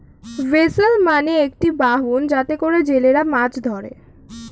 vessel মানে একটি বাহন যাতে করে জেলেরা মাছ ধরে